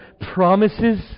promises